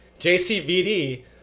JCVD